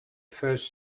first